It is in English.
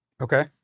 Okay